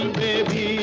baby